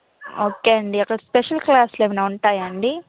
okay అండి అక్కడ special క్లాసులు ఏమైనా ఉంటాయా అండి